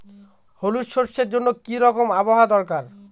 হলুদ সরষে জন্য কি রকম আবহাওয়ার দরকার?